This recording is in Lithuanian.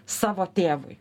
savo tėvui